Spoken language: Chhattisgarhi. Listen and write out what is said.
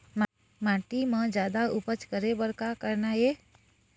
माटी म जादा उपज करे बर का करना ये?